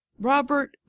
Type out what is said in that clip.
Robert